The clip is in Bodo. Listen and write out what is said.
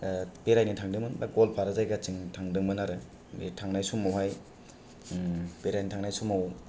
बेरायनो थांदोंमोन बा ग'वालपारा जायगाथिं थांदोंमोन आरो बे थांनाय समावहाय बेरायनो थांनाय समाव